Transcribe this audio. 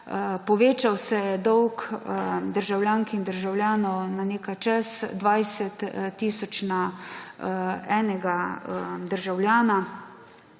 povečal se je dolg državljank in državljanov na nekaj čez 20 tisoč na enega državljana,